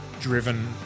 driven